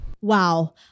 Wow